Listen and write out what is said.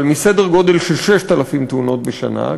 אבל מסדר גודל של 6,000 תאונות בשנה,